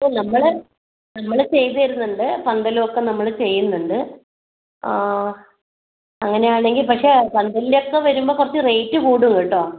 ഓ നമ്മൾ നമ്മൾ ചെയ്തു തരുന്നുണ്ട് പന്തലും ഒക്കെ നമ്മൾ ചെയ്യുന്നുണ്ട് അങ്ങനെ ആണെങ്കിൽ പക്ഷെ പന്തലിൻ്റെ ഒക്കെ വരുമ്പോൾ കുറച്ച് റേറ്റ് കൂടും കേട്ടോ